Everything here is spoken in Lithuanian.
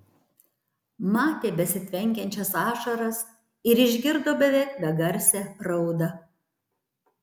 matė besitvenkiančias ašaras ir išgirdo beveik begarsę raudą